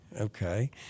okay